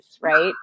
right